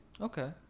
okay